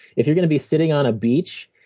if you're going to be sitting on a beach,